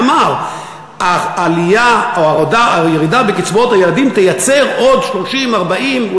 אמר שהירידה בקצבאות הילדים תייצר עוד 30,000 או 40,000,